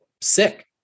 sick